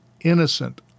innocent